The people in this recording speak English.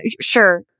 sure